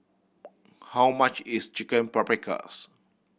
how much is Chicken Paprikas